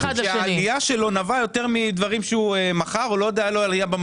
העלייה שלו נבעה מדברים שהוא מכר או היו אצלו.